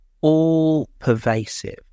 all-pervasive